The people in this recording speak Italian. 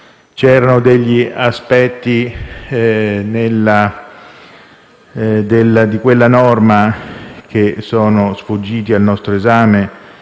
C'erano degli aspetti di quella norma che sono sfuggiti al nostro esame